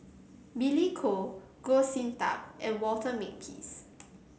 Billy Koh Goh Sin Tub and Walter Makepeace